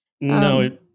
No